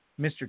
Mr